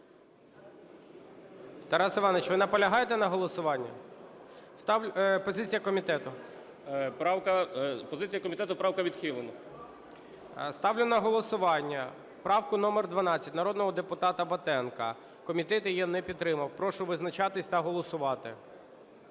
Тарас Іванович, ви наполягаєте на голосуванні? Позиція комітету. 10:21:06 КУЗБИТ Ю.М. Позиція комітету: правка відхилена. ГОЛОВУЮЧИЙ. Ставлю на голосування правку номер 12 народного депутата Батенка. Комітет її не підтримав. Прошу визначатися та голосувати.